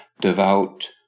devout